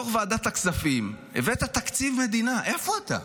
יו"ר ועדת הכספים, הבאת תקציב מדינה, איפה אתה?